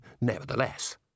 nevertheless